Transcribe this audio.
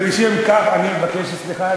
ומשום כך אני מבקש סליחה,